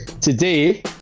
today